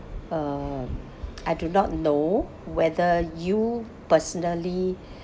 uh I do not know whether you personally